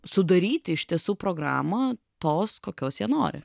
sudaryti iš tiesų programą tos kokios jie nori